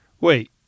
Wait